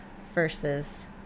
versus